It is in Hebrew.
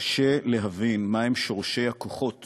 קשה להבין מה הם שורשי הכוחות